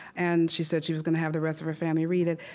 and she said she was going to have the rest of her family read it.